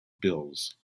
bills